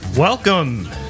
Welcome